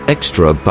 Extra